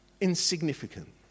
insignificant